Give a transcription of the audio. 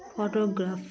photograph